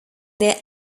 their